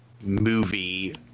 movie